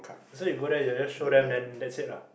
so you go there you just show them then that's it lah